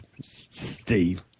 Steve